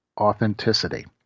authenticity